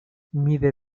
mide